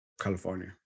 California